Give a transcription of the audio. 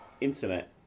internet